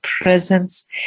presence